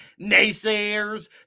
naysayers